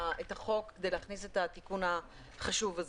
החוק כדי להכניס את התיקון החשוב הזה.